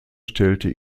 stellte